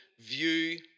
view